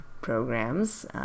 programs